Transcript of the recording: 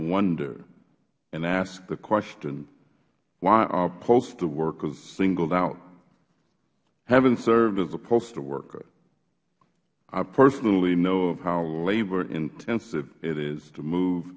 wonder and ask the question why are postal workers singled out having served as a postal worker i personally know of how labor intensive it is to move